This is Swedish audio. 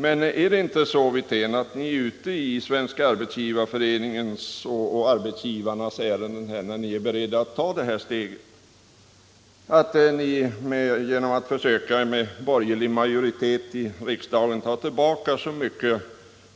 Men är det inte så, Rolf Wirtén, att ni är ute i Svenska arbetsgivareföreningens och över huvud taget arbetsgivarnas ärenden när ni är beredda att ta det här steget, försöka med borgerlig majoritet i riksdagen ta tillbaka så mycket